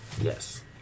Yes